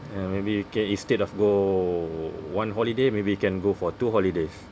and maybe you can instead of go one holiday maybe you can go for two holidays